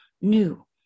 new